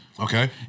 Okay